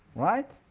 right?